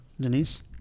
Denise